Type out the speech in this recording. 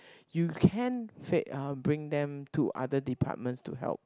you can fe~ uh bring them to other departments to help